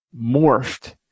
morphed